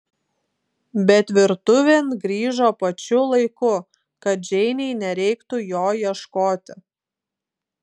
bet virtuvėn grįžo pačiu laiku kad džeinei nereiktų jo ieškoti